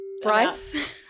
Bryce